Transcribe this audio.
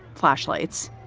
flashlights,